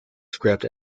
script